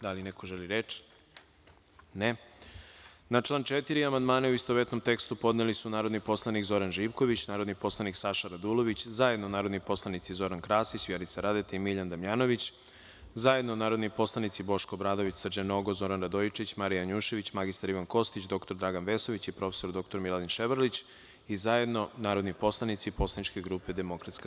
Da li neko želi reč? (Ne.) Na član 4. amandmane, u istovetnom tekstu, podneli su narodni poslanik Zoran Živković, narodni poslanik Saša Radulović, zajedno narodni poslanici Zoran Krasić, Vjerica Radeta i Miljan Damjanović, zajedno narodni poslanici Boško Obradović, Srđan Nogo, Zoran Radojičić, Marija Janjušević, mr Ivan Kostić, dr Dragan Vesović i prof. dr Miladin Ševarlić i zajedno narodni poslanici Poslaničke grupe DS.